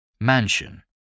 Mansion